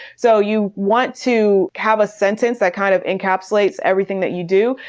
so you want to have a sentence that kind of encapsulates everything that you do.